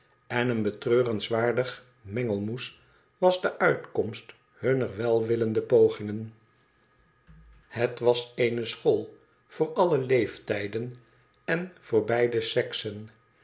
en een betreurenswaardig mengelmoes was de uitkomst hunner welwillende pogingen het was eene school voor alle leeftijden en voor beide seksen